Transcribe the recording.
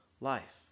life